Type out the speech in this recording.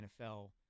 NFL